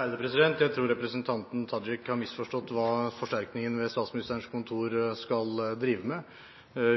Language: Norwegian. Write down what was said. Jeg tror representanten Tajik har misforstått hva forsterkningen ved Statsministerens kontor skal drive med.